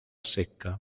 secca